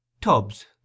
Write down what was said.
tubs